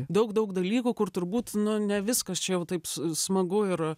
daug daug dalykų kur turbūt nu ne viskas čia jau taip sm smagu ir